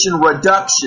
reduction